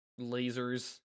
lasers